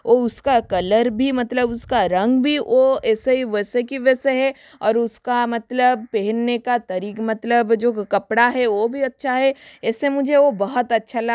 ओ उसका कलर भी मतलब उसका रंग भी वो ऐसे ही वैसे की वैसे है और उसका मतलब पहनने का तरीक मतलब जो कपड़ा है ओ भी अच्छा है इस से मुझे ओ बहुत अच्छा लगा उस